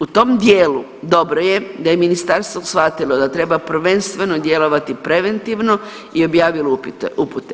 U tom dijelu dobro je da je ministarstvo shvatilo da treba prvenstveno djelovati preventivno i objavilo upute.